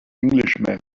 englishman